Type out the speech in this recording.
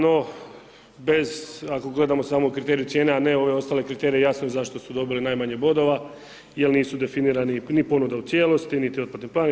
No, bez ako gledamo samo kriterij cijena, a ne ove ostale kriterije jasno zašto su dobili najmanje bodova jer nisu definirani ni ponuda u cijelosti, niti otplatni plan.